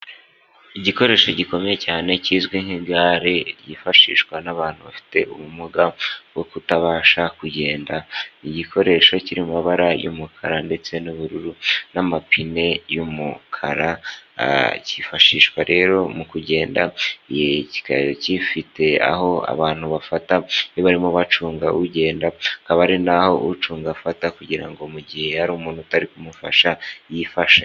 Igikoresho gikomeye cyane kizwi nk'igare ryifashishwa n'abantu bafite ubumuga bwo kutabasha kugenda. Igikoresho kiri mu mabara y'umukara ndetse n'ubururu n'amapine y'umukara cyifashishwa rero mu kugendayo gifite aho abantu bafata ntiba arimo bacunga ugenda akaba ari naho ucunga afata kugira ngo mu gihe hatari umuntu utari kumufasha yifashe.